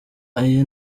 aya